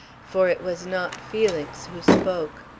for it was not felix who spoke,